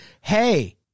Hey